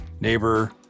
neighbor